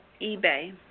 eBay